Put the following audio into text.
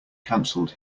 canceled